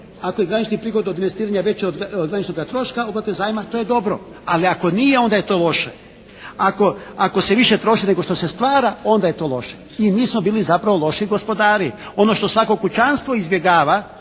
ako je granični prihod od investiranja veći od graničnoga troška uplate zajma to je dobro. Ali ako nije onda to je loše. Ako se više troši nego što se stvara onda je to loše. I mi smo bili zapravo loši gospodari. Ono što svako kućanstvo izbjegava